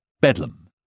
Bedlam